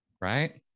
Right